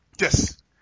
Yes